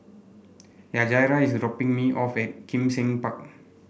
Yajaira is dropping me off at Kim Seng Park